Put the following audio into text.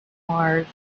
mars